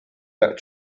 that